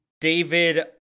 david